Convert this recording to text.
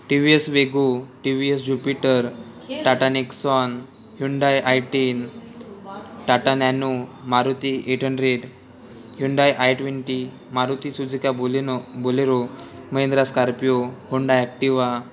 T V S Wego T V S Jupiter Tata Nexon Hyundai i ten Tata Nano Maruti eight hundred Hyundai i ten Maruti Suzuki Baleno Bolero Mahindra Scorpio Honda Activa